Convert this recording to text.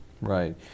Right